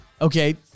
Okay